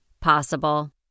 possible